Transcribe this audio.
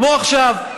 כמו עכשיו,